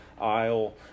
aisle